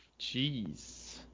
jeez